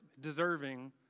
deserving